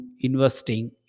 investing